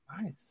Nice